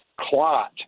clot